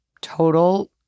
total